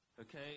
Okay